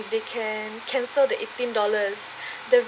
if they can cancel the eighteen dollars